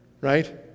Right